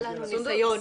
כבר היה לנו כאן ניסיון.